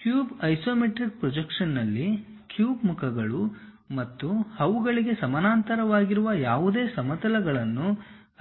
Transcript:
cube isometric ಪ್ರೊಜೆಕ್ಷನ್ನಲ್ಲಿ cube ಮುಖಗಳು ಮತ್ತು ಅವುಗಳಿಗೆ ಸಮಾನಾಂತರವಾಗಿರುವ ಯಾವುದೇ ಸಮತಲಗಳನ್ನು